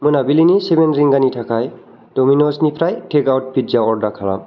मोनाबिलिनि सेभेन रिंगानि थाखाय डमिन'जनिफ्राय टेक आउट पिज्जा अर्डार खालाम